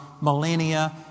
millennia